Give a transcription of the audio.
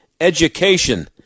Education